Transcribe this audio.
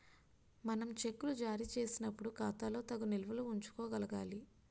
మనం చెక్కులు జారీ చేసినప్పుడు ఖాతాలో తగు నిల్వలు ఉంచుకోగలగాలి